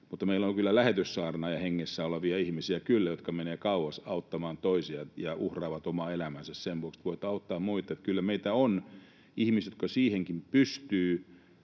mutta meillä on kyllä lähetyssaarnaajahengessä olevia ihmisiä, jotka menevät kauas auttamaan toisia ja uhraavat oman elämänsä sen vuoksi, että voivat auttaa muita. Kyllä meitä on ihmisiä, jotka siihenkin pystyvät.